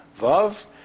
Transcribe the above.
Vav